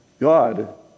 God